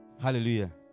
hallelujah